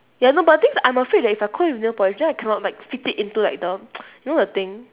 ya no but the thing is I'm afraid that if I coat it in nail polish then I cannot like fit it into like the you know the thing